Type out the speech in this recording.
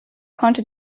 konnte